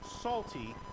salty